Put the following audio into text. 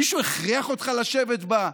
מישהו הכריח אותך לשבת בה?